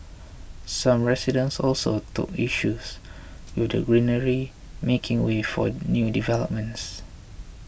some residents also took issues with the greenery making way for new developments